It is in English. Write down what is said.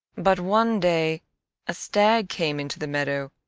but one day a stag came into the meadow,